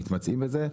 מתמצאים בזה.